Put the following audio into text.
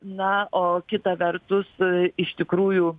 na o kita vertus iš tikrųjų